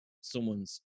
someone's